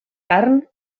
carn